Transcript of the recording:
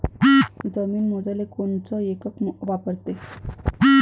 जमीन मोजाले कोनचं एकक वापरते?